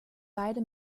beide